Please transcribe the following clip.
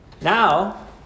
Now